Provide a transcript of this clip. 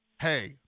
hey